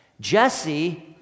Jesse